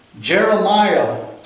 Jeremiah